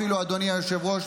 אדוני היושב-ראש,